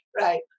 Right